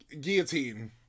Guillotine